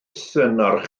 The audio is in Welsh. themâu